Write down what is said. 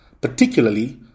particularly